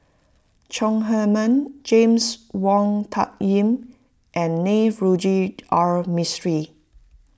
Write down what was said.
Chong Heman James Wong Tuck Yim and Navroji R Mistri